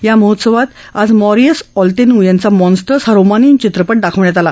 या महोत्सवात Marius Olteanu यांचा मॉन्स्टर्स हा रोमानियन चित्रपट आज दाखवण्यात आला